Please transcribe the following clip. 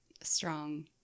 strong